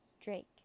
Drake